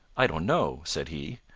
i don't know, said he.